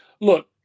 Look